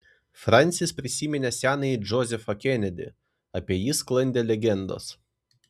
fransis prisiminė senąjį džozefą kenedį apie jį sklandė legendos